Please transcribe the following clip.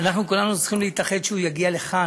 אנחנו כולנו צריכים להתאחד שהוא יגיע לכאן.